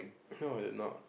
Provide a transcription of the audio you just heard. no you're not